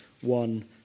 one